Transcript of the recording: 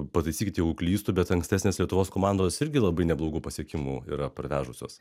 pataisykit jeigu klystu bet ankstesnės lietuvos komandos irgi labai neblogų pasiekimų yra parvežusios